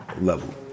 level